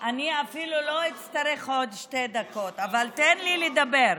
אני אפילו לא אצטרך עוד שתי דקות, אבל תן לי לדבר.